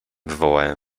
wywołałem